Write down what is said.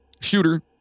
shooter